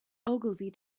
ogilvy